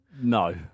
No